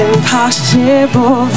Impossible